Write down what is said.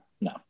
no